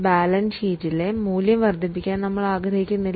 balance ഷീറ്റിൽ മൂല്യം വർധിപ്പിക്കാൻ നമ്മൾ ആഗ്രഹിക്കുന്നില്ല